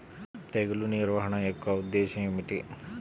తెగులు నిర్వహణ యొక్క ఉద్దేశం ఏమిటి?